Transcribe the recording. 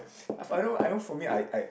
of I know I know for me I I